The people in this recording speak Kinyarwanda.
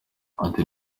ati